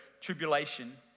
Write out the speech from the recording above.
tribulation